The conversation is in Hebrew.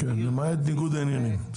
למעט ניגוד העניינים.